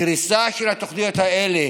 קריסה של התוכניות האלה,